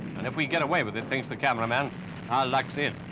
and if we get away with it, thinks the cameraman, our luck's in.